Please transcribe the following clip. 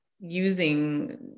using